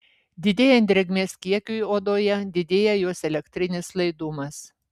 didėjant drėgmės kiekiui odoje didėja jos elektrinis laidumas